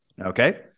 Okay